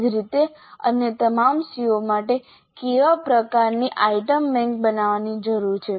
એ જ રીતે અન્ય તમામ CO માટે કેવા પ્રકારની આઇટમ બેંક બનાવવાની જરૂર છે